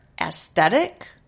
aesthetic